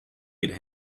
could